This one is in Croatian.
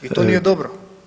I to nije dobro.